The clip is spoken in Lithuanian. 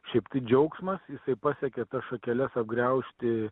šiaip tai džiaugsmas jisai pasiekia tas šakeles apgraužti